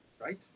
right